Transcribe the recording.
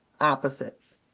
opposites